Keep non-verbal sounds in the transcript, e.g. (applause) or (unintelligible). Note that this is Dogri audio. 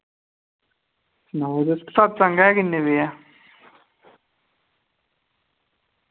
(unintelligible) सतसंग है किन्ने बजे ऐ